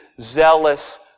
zealous